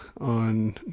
on